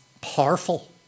powerful